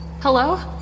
Hello